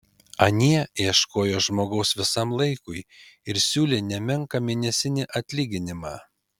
anie ieškojo žmogaus visam laikui ir siūlė nemenką mėnesinį atlyginimą